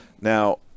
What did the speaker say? Now